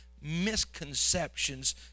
misconceptions